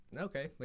Okay